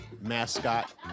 Mascot